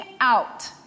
out